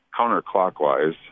counterclockwise